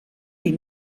die